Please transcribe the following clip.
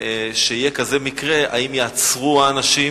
שיהיה כזה מקרה, האם ייעצרו אנשים,